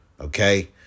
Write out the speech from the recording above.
okay